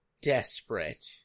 desperate